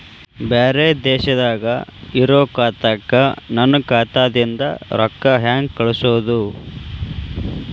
ಬ್ಯಾರೆ ದೇಶದಾಗ ಇರೋ ಖಾತಾಕ್ಕ ನನ್ನ ಖಾತಾದಿಂದ ರೊಕ್ಕ ಹೆಂಗ್ ಕಳಸೋದು?